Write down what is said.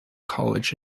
college